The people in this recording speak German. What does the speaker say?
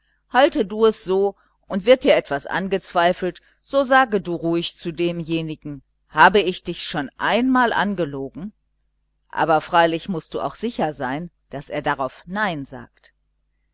halte du es so und wird dir etwas angezweifelt so sage du ruhig zu demjenigen habe ich dich schon einmal angelogen aber freilich mußt du sicher sein daß er darauf nein sagt